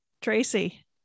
tracy